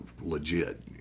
legit